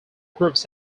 groups